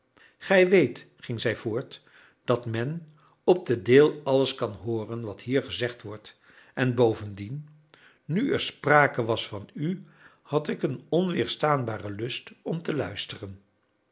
gij weet ging zij voort dat men op de deel alles kan hooren wat hier gezegd wordt en bovendien nu er sprake was van u had ik een onweerstaanbaren lust om te luisteren